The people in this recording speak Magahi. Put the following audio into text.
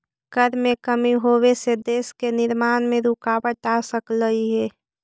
कर में कमी होबे से देश के निर्माण में रुकाबत आ सकलई हे